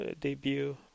debut